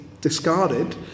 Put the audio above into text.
discarded